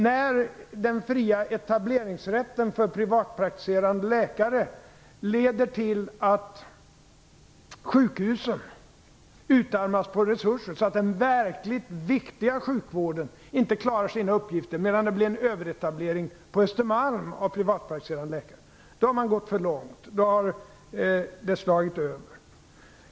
När den fria etableringsrätten för privatpraktiserande läkare leder till att sjukhusen utarmas på resurser, så att man i den verkligt viktiga sjukvården inte klarar sina uppgifter, medan det blir en överetablering av privatpraktiserande läkare på Östermalm, har man gått för långt. Då har det slagit över.